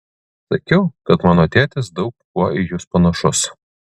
sakiau kad mano tėtis daug kuo į jus panašus